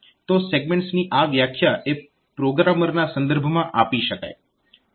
તો સેગમેન્ટની આ વ્યાખ્યા એ પ્રોગ્રામરના સંદર્ભમાં આપી શકાય